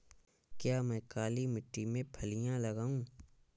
क्या मैं काली मिट्टी में फलियां लगाऊँ?